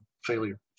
failure